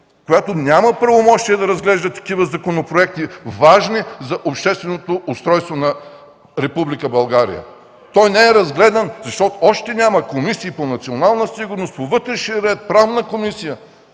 която няма правомощията да разглежда такива законопроекти, важни за общественото устройство на Република България. Той не е разгледан, защото още няма комисии по национална сигурност, по вътрешен ред, Правна комисия,